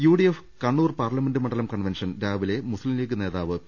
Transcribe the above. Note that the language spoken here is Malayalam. യുഡിഎഫ് കണ്ണൂർ പാർലമെന്റ് മണ്ഡലം കൺവെൻഷൻ രാവിലെ മുസ്തിം ലീഗ് നേതാവ് പി